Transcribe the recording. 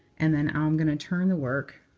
and then i'm going to turn the work.